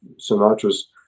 Sinatra's